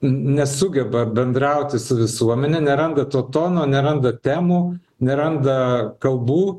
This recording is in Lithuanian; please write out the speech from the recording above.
nesugeba bendrauti su visuomene neranda to tono neranda temų neranda kalbų